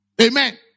amen